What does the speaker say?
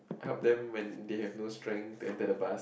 help them when they have no strength to attain the bus